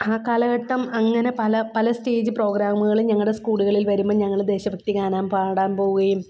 ആ കാലഘട്ടം അങ്ങനെ പല പല സ്റ്റേജ് പ്രാഗ്രാമുകളും ഞങ്ങളുടെ സ്കൂളുകളിൽ വരുമ്പം ഞങ്ങൾ ദേശഭക്തിഗാനം പാടാൻ പോവുകയും